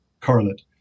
correlate